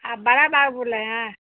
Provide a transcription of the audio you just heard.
आप बाराबार बोल रहे हैं